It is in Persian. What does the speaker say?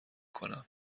کنم